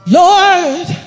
lord